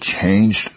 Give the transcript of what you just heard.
changed